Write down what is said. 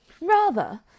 Rather